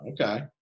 Okay